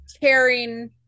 caring